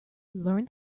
learn